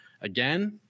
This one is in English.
again